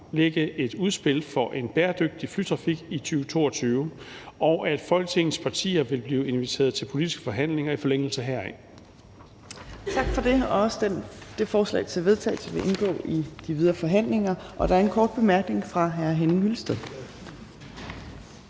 fremlægge et udspil for en bæredygtig flytrafik i 2022, og at Folketingets partier vil blive inviteret til politiske forhandlinger i forlængelse heraf.«